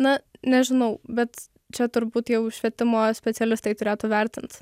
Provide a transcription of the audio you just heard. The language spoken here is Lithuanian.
na nežinau bet čia turbūt jau švietimo specialistai turėtų vertint